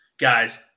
guys